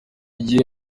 gihe